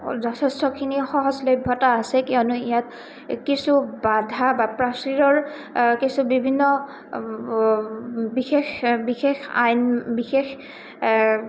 যথেষ্টখিনি সহজলভ্যতা আছে কিয়নো ইয়াত কিছু বাধা বা প্ৰাচীৰৰ কিছু বিভিন্ন বিশেষ বিশেষ আইন বিশেষ